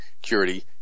security